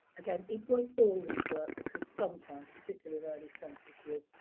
again, it won't always work, because sometimes, particularly in early census years,